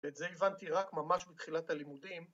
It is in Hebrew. ‫את זה הבנתי רק ממש ‫מתחילת הלימודים.